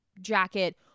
jacket